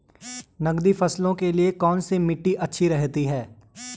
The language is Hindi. नकदी फसलों के लिए कौन सी मिट्टी अच्छी रहती है?